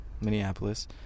Minneapolis